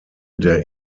der